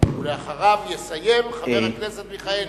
ואחריו יסיים חבר הכנסת מיכאלי.